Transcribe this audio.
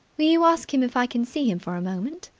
will you ask him if i can see him for a moment?